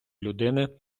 людини